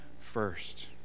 first